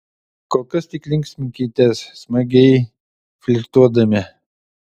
kol kas tik linksminkitės smagiai flirtuodami